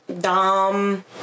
Dom